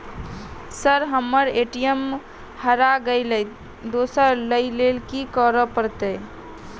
Sir हम्मर ATM हरा गइलए दोसर लईलैल की करऽ परतै?